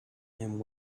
and